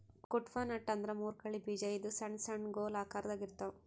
Cuddapah nut ಅಂದ್ರ ಮುರ್ಕಳ್ಳಿ ಬೀಜ ಇದು ಸಣ್ಣ್ ಸಣ್ಣು ಗೊಲ್ ಆಕರದಾಗ್ ಇರ್ತವ್